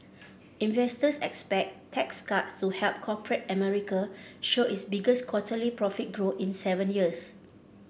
investors expect tax cuts to help corporate America show its biggest quarterly profit growth in seven years